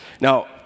Now